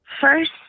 First